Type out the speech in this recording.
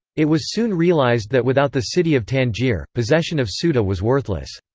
it was soon realized that without the city of tangier, possession of ceuta was worthless.